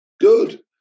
Good